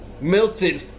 Milton